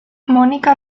mónica